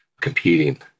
competing